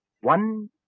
One